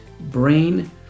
brain